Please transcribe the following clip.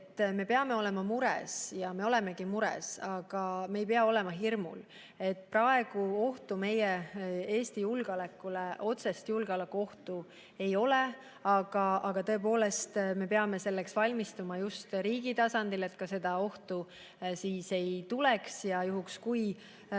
me peame olema mures ja me olemegi mures, aga me ei pea olema hirmul. Praegu Eestile otsest julgeolekuohtu ei ole. Aga tõepoolest, me peame selleks valmistuma just riigi tasandil, et seda ohtu ka ei tuleks ja juhuks, kui